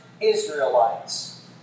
Israelites